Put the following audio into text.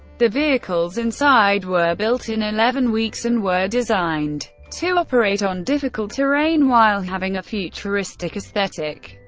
the vehicles inside were built in eleven weeks and were designed to operate on difficult terrain while having a futuristic aesthetic.